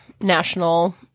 national